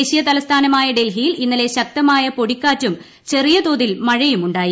ദേശീയ തലസ്ഥാനമായ ഡൽഹിയിൽ ഇന്നലെ ശക്തമായ പൊടിക്കാറ്റും ചെറിയ തോതിൽ മഴയും ഉണ്ടായി